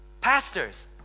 pastors